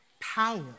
power